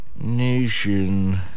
nation